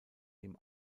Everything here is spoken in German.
dem